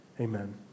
Amen